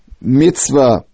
mitzvah